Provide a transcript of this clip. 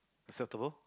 is acceptable